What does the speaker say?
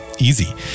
Easy